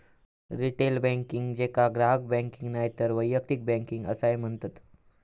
retail banking, जेका ग्राहक banking नायतर वैयक्तिक बँकिंग असाय म्हणतत